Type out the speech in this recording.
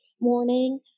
morning